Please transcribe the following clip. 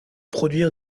produire